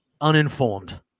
uninformed